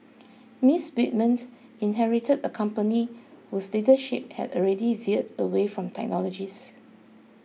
Miss Whitman inherited a company whose leadership had already veered away from technologists